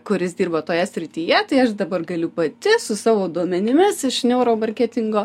kuris dirba toje srityje tai aš dabar galiu pati su savo duomenimis iš neuro marketingo